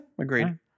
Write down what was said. agreed